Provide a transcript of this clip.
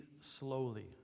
slowly